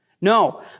No